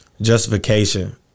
justification